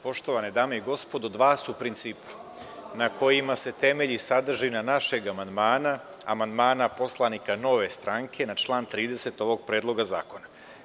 Poštovane dame i gospodo, dva su principa na kojima se temelji sadržina našeg amandmana, amandmana poslanika Nove stranke na član 30. ovog predloga zakona.